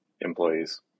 employees